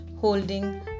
holding